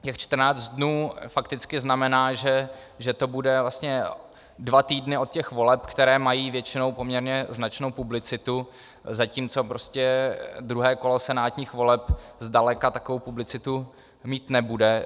Těch 14 dní fakticky znamená, že to bude vlastně dva týdny od těch voleb, které mají většinou poměrně značnou publicitu, zatímco prostě druhé kolo senátních voleb zdaleka takovou publicitu mít nebude.